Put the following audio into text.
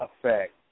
effect